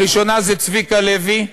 הראשון זה צביקה לוי מיפעת,